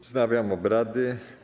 Wznawiam obrady.